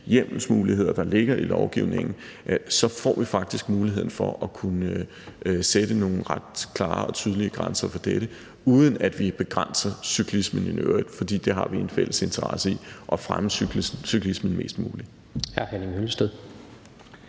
hjemmel, der ligger i lovgivningen, så får vi faktisk mulighed for at kunne sætte nogle ret klare og tydelige grænser for dette, uden at vi begrænser cyklismen i øvrigt. For vi har en fælles interesse i at fremme cyklismen mest muligt.